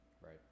Right